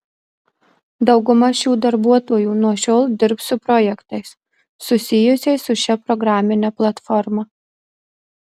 dauguma šių darbuotojų nuo šiol dirbs su projektais susijusiais su šia programine platforma